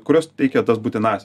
kurios teikia tas būtinąsias